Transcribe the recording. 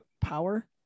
Power